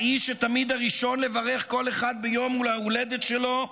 האיש שתמיד הראשון לברך כל אחד ביום ההולדת שלו,